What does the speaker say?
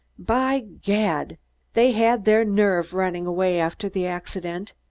by gad they had their nerve, running away after the accident.